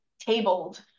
tabled